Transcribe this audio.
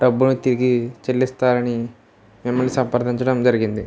డబ్బులు తిరిగి చెల్లిస్తారని మిమ్మల్ని సంప్రదించడం జరిగింది